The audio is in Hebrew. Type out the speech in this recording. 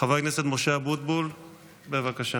חבר הכנסת משה אבוטבול, בבקשה.